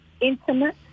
intimate